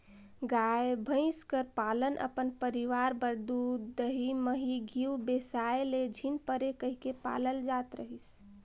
गाय, भंइस कर पालन अपन परिवार बर दूद, दही, मही, घींव बेसाए ले झिन परे कहिके पालल जात रहिस